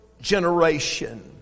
generation